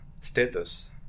status